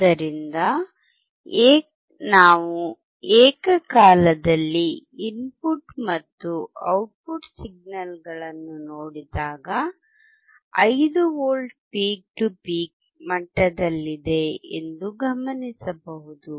ಆದ್ದರಿಂದ ನಾವು ಏಕಕಾಲದಲ್ಲಿ ಇನ್ಪುಟ್ ಮತ್ತು ಔಟ್ಪುಟ್ ಸಿಗ್ನಲ್ಗಳನ್ನು ನೋಡಿದಾಗ 5 ವಿ ಪೀಕ್ ಟು ಪೀಕ್ ಮಟ್ಟದಲ್ಲಿದೆ ಎಂದು ಗಮನಿಸಬಹುದು